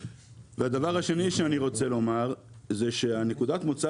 והדבר השני שאני רוצה לומר זה שנקודת המוצא